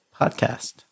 podcast